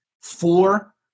four